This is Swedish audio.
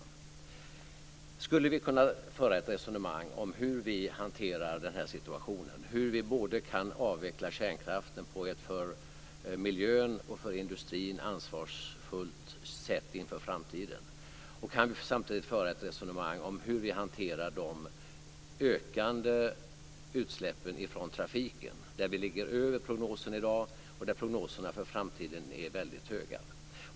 Vi borde kunna föra ett resonemang om hur vi hanterar den här situationen, hur vi kan avveckla kärnkraften på ett för miljön och industrin ansvarsfullt sätt inför framtiden och samtidigt föra ett resonemang om hur vi hanterar de ökande utsläppen från trafiken, där vi ligger över prognoserna i dag och där prognoserna för framtiden är väldigt höga.